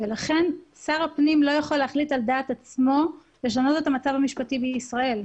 לכן שר הפנים לא יכול להחליט על דעת עצמו לשנות את המצב המשפטי בישראל,